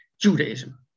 Judaism